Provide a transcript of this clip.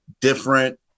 different